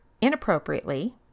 inappropriately